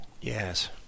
Yes